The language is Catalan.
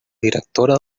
directora